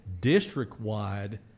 district-wide